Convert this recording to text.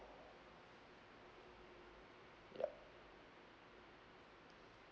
yup